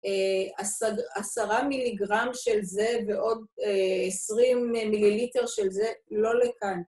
אה... עש... עשרה מיליגרם של זה ועוד, אה... עשרים מיליליטר של זה, לא לכאן.